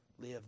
Live